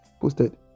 posted